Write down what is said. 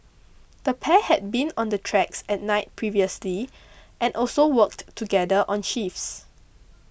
the pair had been on the tracks at night previously and also worked together on shifts